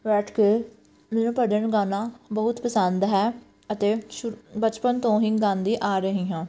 ਬੈਠ ਕੇ ਜਿਵੇਂ ਭਜਨ ਗਾਉਣਾ ਬਹੁਤ ਪਸੰਦ ਹੈ ਅਤੇ ਸ਼ੁਰੂ ਬਚਪਨ ਤੋਂ ਹੀ ਗਾਉਂਦੀ ਆ ਰਹੀ ਹਾਂ